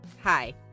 Hi